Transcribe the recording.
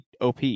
OP